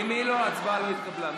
למי ההצבעה לא התקבלה?